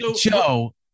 joe